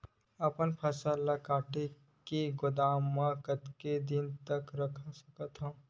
अपन फसल ल काट के गोदाम म कतेक दिन तक रख सकथव?